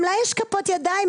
גם לה יש כפות ידיים.